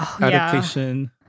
adaptation